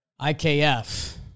IKF